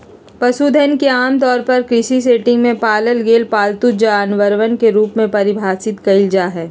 पशुधन के आमतौर पर कृषि सेटिंग में पालल गेल पालतू जानवरवन के रूप में परिभाषित कइल जाहई